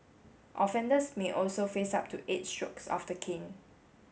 offenders may also face up to eight strokes of the cane